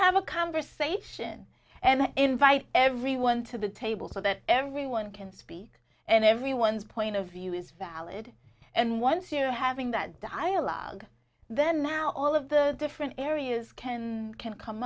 have a conversation and invite everyone to the table so that everyone can speak and everyone's point of view is valid and once you're having that dialogue then now all of the different areas can can come